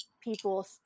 people